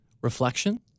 reflection